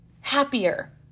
happier